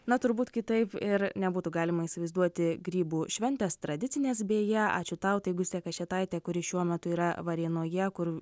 na turbūt kitaip ir nebūtų galima įsivaizduoti grybų šventės tradicinės beje ačiū tau tai gustė kašėtaitė kuri šiuo metu yra varėnoje kur